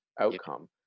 outcome